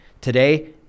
Today